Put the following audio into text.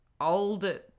old